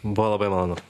buvo labai malonu